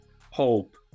HOPE